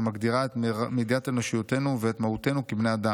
המגדירה את מידת אנושיותנו ואת מהותנו כבני אדם.